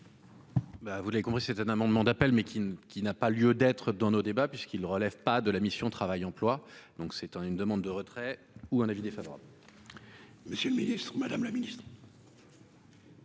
vous l'avez compris c'est un amendement d'appel mais qui ne qui n'a pas lieu d'être, dans nos débats puisqu'il relève pas de la mission Travail, emploi, donc c'est une demande de retrait ou un avis des favoris. Monsieur le Ministre, Madame la Ministre.